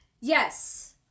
yes